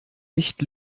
nicht